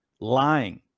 lying